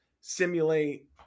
simulate